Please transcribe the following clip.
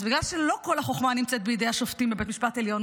אז בגלל שלא כל החוכמה נמצאת בידי השופטים בבית המשפט העליון,